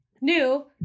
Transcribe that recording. new